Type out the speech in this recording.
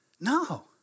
No